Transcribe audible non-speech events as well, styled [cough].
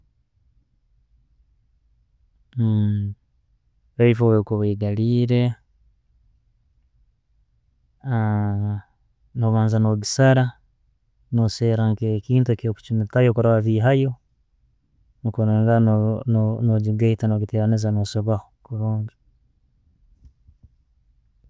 [hesitation] pipe bwekuba eigalire, [hesitation] nobanza no gisara, nosera nke kintu kyokuchumitayo kurora wabihayo nikyo norora no bigaita no biteraniza no sibaho kurungi.